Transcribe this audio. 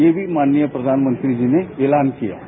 यह भी माननीय प्रधानमंत्री जी ने ऐलान किया है